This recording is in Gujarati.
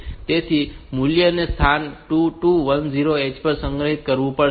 તેથી મૂલ્ય ને સ્થાન 2210 H પર સંગ્રહિત કરવું પડશે